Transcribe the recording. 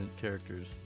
characters